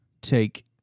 take